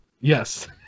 Yes